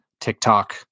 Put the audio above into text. TikTok